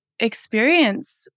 experience